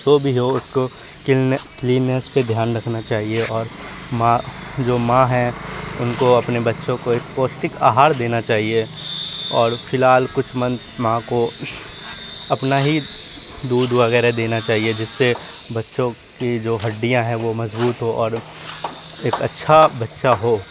جو بھی ہو اس کو کلیننیس پہ دھیان رکھنا چاہیے اور ماں جو ماں ہیں ان کو اپنے بچوں کو ایک پوشٹک آہار دینا چاہیے اور پھی الحال کچھ منتھ ماں کو اپنا ہی دودھ وغیرہ دینا چاہیے جس سے بچوں کی جو ہڈیاں ہیں وہ مضبوط ہوں اور ایک اچھا بچہ ہو